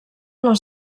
les